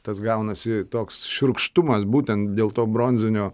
tas gaunasi toks šiurkštumas būtent dėl to bronzinio